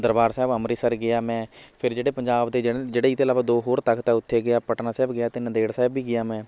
ਦਰਬਾਰ ਸਾਹਿਬ ਅੰਮ੍ਰਿਤਸਰ ਗਿਆ ਮੈਂ ਫਿਰ ਜਿਹੜੇ ਪੰਜਾਬ ਦੇ ਜਿ ਜਿਹੜੇ ਇਹ ਤੋਂ ਇਲਾਵਾ ਦੋ ਹੋਰ ਤਖਤ ਆ ਉੱਥੇ ਗਿਆ ਪਟਨਾ ਸਾਹਿਬ ਗਿਆ ਅਤੇ ਨਾਂਦੇੜ ਸਾਹਿਬ ਵੀ ਗਿਆ ਮੈ